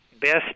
best